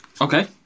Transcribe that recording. Okay